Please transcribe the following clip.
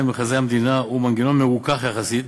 במכרזי המדינה הוא מנגנון מרוכך יחסית,